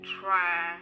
try